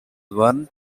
one